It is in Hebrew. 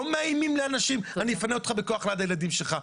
לא מאיימים על אנשים 'אני אפנה אותך בכוח ליד הילדים שלך',